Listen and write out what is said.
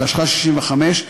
התשכ"ה 1965,